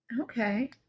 Okay